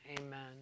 amen